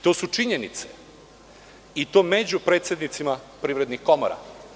To su činjenice i to među predsednicima privrednih komora.